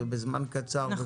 ובזמן קצר,